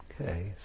Okay